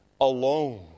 alone